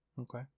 okay